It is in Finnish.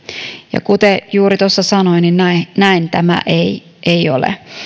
kuten juuri sanoin niin näin tämä ei ei ole